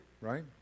right